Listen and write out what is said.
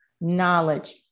knowledge